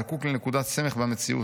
זקוק לנקודת סמך במציאות,